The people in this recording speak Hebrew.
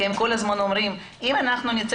כי הם כל הזמן אומרים אם אנחנו נצא